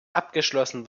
abgeschlossen